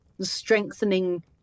strengthening